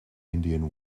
indian